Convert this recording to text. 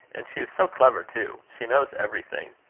and she is so clever too! she knows everything.